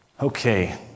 Okay